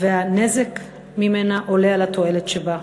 והנזק ממנה עולה על התועלת שבה.